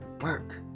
work